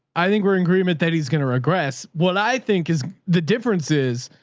i think we're in agreement that he's going to regress. what i think is the difference is,